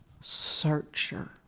searcher